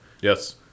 yes